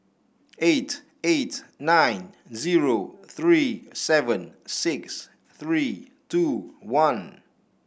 eight eight nine zero three seven six three two one